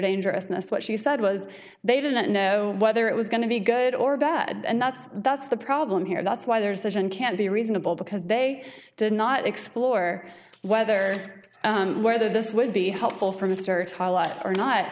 dangerousness what she said was they didn't know whether it was going to be good or bad and that's that's the problem here that's why there's such and can't be reasonable because they did not explore whether whether this would be helpful for mr talat or not